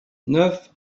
neuf